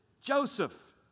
Joseph